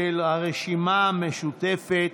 של הרשימה המשותפת.